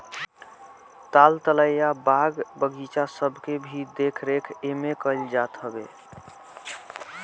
ताल तलैया, बाग बगीचा सबके भी देख रेख एमे कईल जात हवे